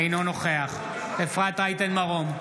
אינו נוכח אפרת רייטן מרום,